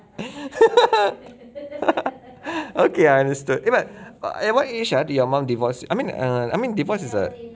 okay I understood eh but at what age ah did your mum divorce I mean err I mean divorce is a